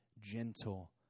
gentle